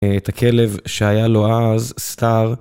את הכלב שהיה לו אז סטאר.